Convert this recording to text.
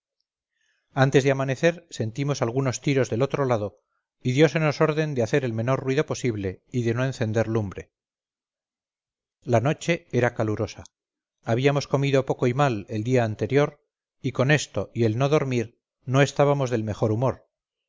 antes de amanecer sentimos algunos tiros del otro lado y diósenos orden de hacer el menor ruido posible y de no encender lumbre la noche era calurosa habíamos comido poco y mal el día anterior y con esto y el no dormir no estábamos del mejor humor